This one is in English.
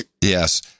Yes